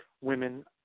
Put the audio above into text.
women